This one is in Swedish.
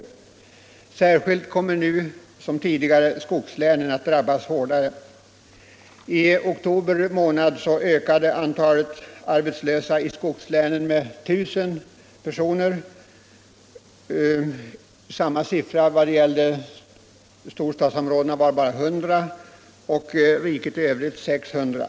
Nu som tidigare kommer särskilt skogslänen att drabbas hårdare. I oktober månad ökade antalet arbetslösa i skogslänen med 1000 personer. Ökningen för storstadsområdena var bara 100 och för riket i övrigt 600.